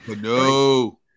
No